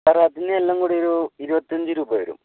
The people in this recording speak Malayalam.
സാറേ അതിന് എല്ലാംകൂടിയൊരു ഇരുപത്തഞ്ച് രൂപ വരും